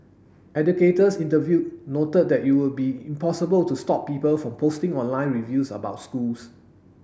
educators interviewed noted that it would be impossible to stop people from posting online reviews about schools